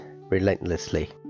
relentlessly